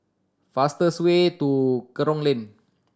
fastest way to Kerong Lane